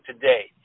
today